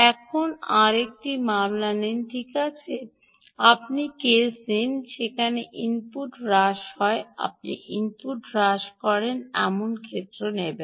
এখন আর একটি মামলা নিন ঠিক আছে আপনি কেস নেন যেখানে ইনপুট হ্রাস হয় আপনি ইনপুট হ্রাস করে এমন ক্ষেত্রে নেবেন